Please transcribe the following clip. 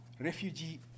Refugee